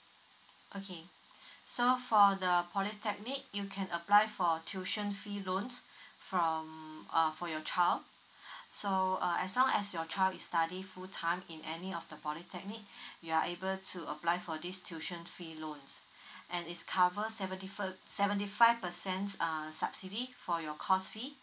okay so for the polytechnic you can apply for tuition fee loans from uh for your child so uh as long as your child is study full time in any of the polytechnic you are able to apply for this tuition fee loans and it's cover seventy fi~ seventy five percent um subsidy for your course fee